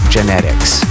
Genetics